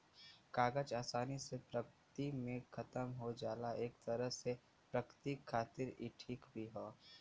कागज आसानी से प्रकृति में खतम हो जाला एक तरे से प्रकृति खातिर इ ठीक भी हौ